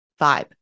vibe